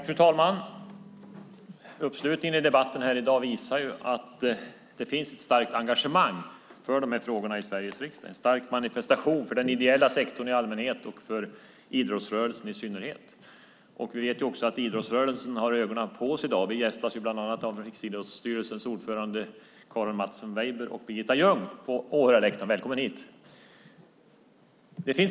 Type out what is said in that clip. Fru talman! Uppslutningen i debatten här i dag visar att det finns ett starkt engagemang för de här frågorna i Sveriges riksdag. Det är en stark manifestation för den ideella sektorn i allmänhet och för idrottsrörelsen i synnerhet. Vi vet också att idrottsrörelsen har ögonen på oss i dag. Vi gästas bland annat av Riksidrottsstyrelsens ordförande Karin Mattsson Weijber och Birgitta Ljung på åhörarläktaren. Välkomna hit!